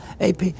AP